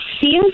seems